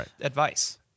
advice